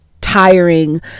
tiring